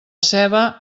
ceba